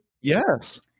yes